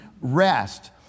rest